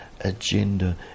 agenda